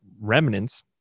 remnants